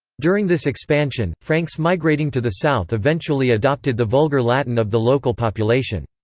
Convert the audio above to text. during this expansion, franks migrating to the south eventually adopted the vulgar latin of the local population.